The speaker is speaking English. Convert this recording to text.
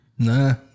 Nah